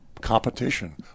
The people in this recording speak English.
competition